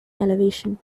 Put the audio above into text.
elevation